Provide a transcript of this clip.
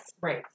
Right